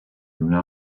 donà